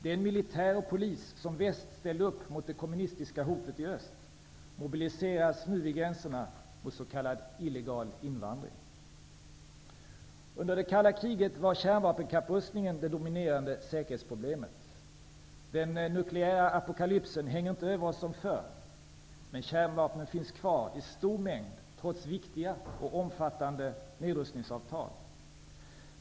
Den militär och polis som väst ställde upp mot det kommunistiska hotet i öst mobiliseras nu vid gränserna mot s.k. Under det kalla kriget var kärnvapenkapprustningen det dominerande säkerhetsproblemet. Den nukleära apokalypsen hänger inte över oss som förr, men kärnvapen finns kvar i stor mängd, trots viktiga och omfattande nedrustningsavtal.